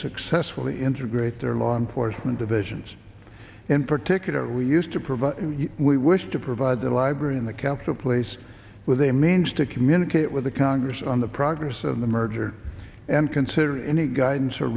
successfully integrate their law enforcement divisions in particular we used to provide we wish to provide the library in the council place with a means to communicate with the congress on the progress of the merger and consider any guidance or